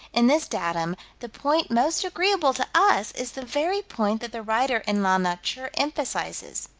in this datum, the point most agreeable to us is the very point that the writer in la nature emphasizes.